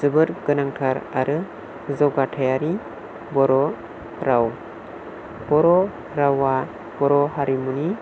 जोबोर गोनांथार आरो जौगाथायारि बर' राव बर' रावा बर' हारिमुनि